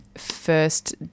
first